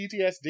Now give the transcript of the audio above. PTSD